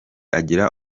agira